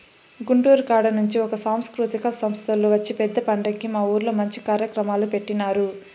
గుంటూరు కాడ నుంచి ఒక సాంస్కృతిక సంస్తోల్లు వచ్చి పెద్ద పండక్కి మా ఊర్లో మంచి కార్యక్రమాలు పెట్టినారు